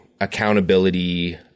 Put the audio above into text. accountability